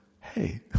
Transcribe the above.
hey